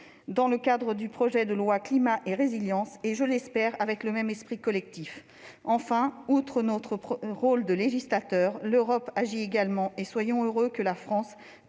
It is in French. de l'examen du projet de loi Climat et résilience, et je l'espère, avec le même esprit collectif. Enfin, au-delà de notre rôle de législateur, l'Europe agit également. Réjouissons-nous que la France,